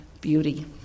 beauty